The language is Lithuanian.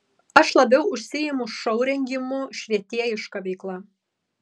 aš labiau užsiimu šou rengimu švietėjiška veikla